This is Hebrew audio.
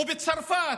אם בצרפת